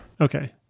Okay